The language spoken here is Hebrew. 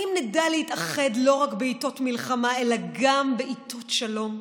האם נדע להתאחד לא רק בעיתות מלחמה אלא גם בעיתות שלום?